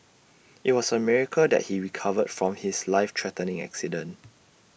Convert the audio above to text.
IT was A miracle that he recovered from his life threatening accident